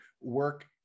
work